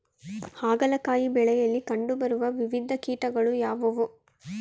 ಹಾಗಲಕಾಯಿ ಬೆಳೆಯಲ್ಲಿ ಕಂಡು ಬರುವ ವಿವಿಧ ಕೀಟಗಳು ಯಾವುವು?